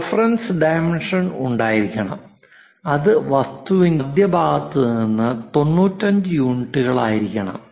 ഒരു reference dimension ഉണ്ടായിരിക്കണം അത് വസ്തുവിന്റെ മധ്യഭാഗത്ത് നിന്ന് 95 യൂണിറ്റുകളായിരിക്കണം